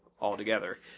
altogether